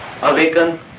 awaken